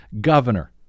governor